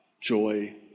joy